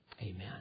Amen